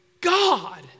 God